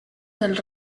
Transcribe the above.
del